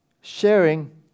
sharing